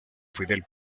fidel